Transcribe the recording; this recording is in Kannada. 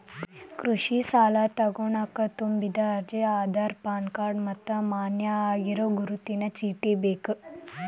ಕೃಷಿ ಸಾಲಾ ತೊಗೋಣಕ ತುಂಬಿದ ಅರ್ಜಿ ಆಧಾರ್ ಪಾನ್ ಕಾರ್ಡ್ ಮತ್ತ ಮಾನ್ಯ ಆಗಿರೋ ಗುರುತಿನ ಚೇಟಿ ಬೇಕ